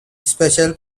special